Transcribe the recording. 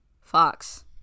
Fox